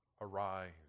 Arise